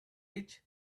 rich